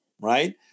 right